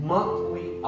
Monthly